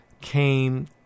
came